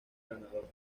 ganador